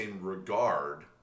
regard